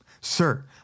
Sir